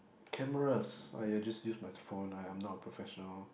cameras I uh just use my phone I am not a professional